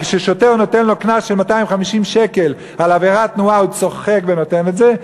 וכששוטר נותן לו קנס של 250 שקל על עבירת תנועה הוא צוחק ונותן את זה,